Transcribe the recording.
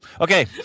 Okay